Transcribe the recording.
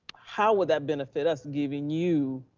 how would that benefit us giving you,